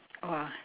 !wah!